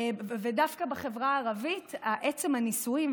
דווקא בחברה הערבית עצם הנישואים,